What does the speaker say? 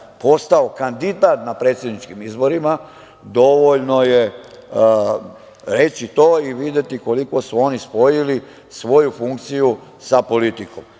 postao kandidat na predsedničkim izborima, dovoljno je reći to i videti koliko su oni spojili svoju funkciju sa politikom.